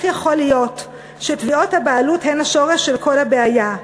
איך יכול להיות שתביעות הבעלות הן השורש של כל הבעיה,